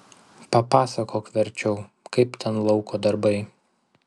pasakok verčiau kaip ten lauko darbai